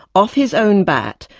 off his own bat,